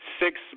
Six